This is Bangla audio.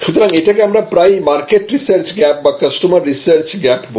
সুতরাং এটাকে আমরা প্রায়ই মারকেট রিসার্চ গ্যাপ বা কাস্টমার রিসার্চ গ্যাপ বলি